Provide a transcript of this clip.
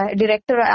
director